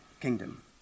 kingdom